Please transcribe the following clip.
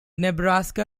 nebraska